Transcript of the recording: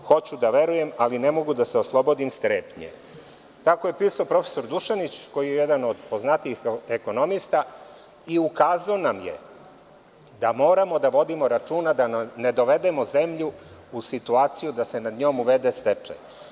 Hoću da verujem, ali ne mogu da se oslobodim strepnje.“ Tako je pisao profesor Dušanić, koji je jedan od poznatijih ekonomista i ukazao nam je da moramo da vodimo računa da ne dovedemo zemlju u situaciju da se nad njom uvede stečaj.